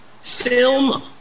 film